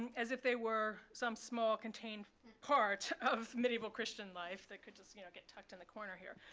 as if they were some small contained part of medieval christian life that could just you know get tucked in the corner here.